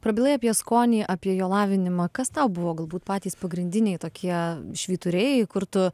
prabilai apie skonį apie jo lavinimą kas tau buvo galbūt patys pagrindiniai tokie švyturiai kur tu